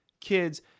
kids